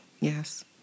Yes